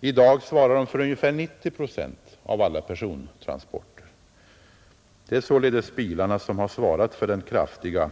I dag svarar de för ungefär 90 procent av alla persontransporter. Det är således bilarna som stått för den kraftiga